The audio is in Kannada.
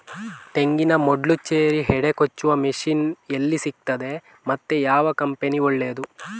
ತೆಂಗಿನ ಮೊಡ್ಲು, ಚೇರಿ, ಹೆಡೆ ಕೊಚ್ಚುವ ಮಷೀನ್ ಎಲ್ಲಿ ಸಿಕ್ತಾದೆ ಮತ್ತೆ ಯಾವ ಕಂಪನಿ ಒಳ್ಳೆದು?